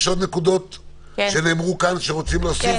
יש עוד נקודות שנאמרו כאן שרוצים להוסיף?